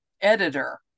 editor